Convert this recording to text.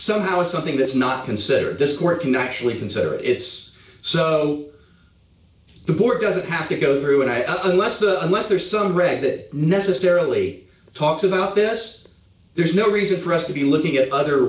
somehow something that's not considered this court can actually consider it's so the court doesn't have to go through an eye up unless the unless there's some red that necessarily talks about this there's no reason for us to be looking at other